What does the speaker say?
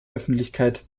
öffentlichkeit